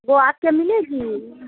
وہ آپ کے ملے گی